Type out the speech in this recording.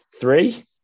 three